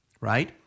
right